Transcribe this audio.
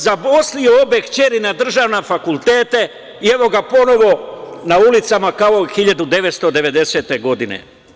Zaposlio obe kćeri na državne fakultete i evo ga ponovo na ulicama kao 1990. godine.